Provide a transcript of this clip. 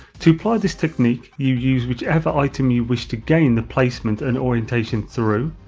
to apply this technique, you use which ever item you wish to gain the placement and orientation through,